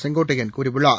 செங்கோட்டையன் கூறியுள்ளார்